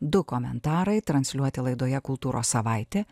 du komentarai transliuoti laidoje kultūros savaitė